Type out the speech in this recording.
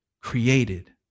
created